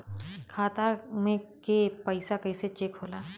खाता में के पैसा कैसे चेक होला?